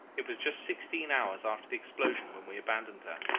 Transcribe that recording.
it was just sixteen hours after the explosion when we abandoned her.